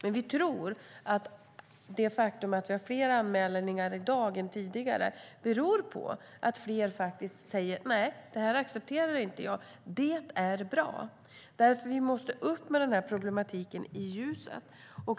Men vi tror att det faktum att vi har fler anmälningar i dag än tidigare beror på att fler faktiskt säger: Nej, det här accepterar inte jag. Det är bra, eftersom vi måste få fram denna problematik i ljuset.